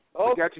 Okay